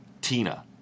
Tina